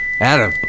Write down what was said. Adam